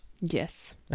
Yes